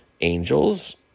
Angels